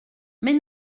mais